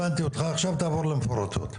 הבנתי אותך, עכשיו תעבור למפורטות.